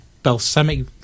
balsamic